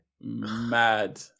Mad